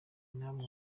namwe